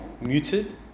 muted